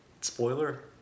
Spoiler